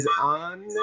on